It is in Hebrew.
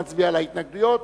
נצביע על ההתנגדויות,